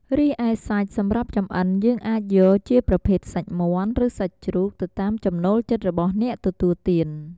រីឯសាច់សម្រាប់ចំអិនយើងអាចយក ជាប្រភេទសាច់មាន់ ឬសាច់ជ្រូក ទៅតាមចំណូលចិត្តរបស់អ្នកទទួលទាន។